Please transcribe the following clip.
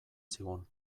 zigun